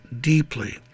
deeply